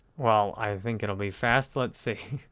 well, i think it will be fast, let's see.